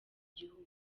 gihugu